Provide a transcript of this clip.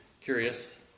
curious